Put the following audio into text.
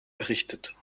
errichtet